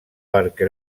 perquè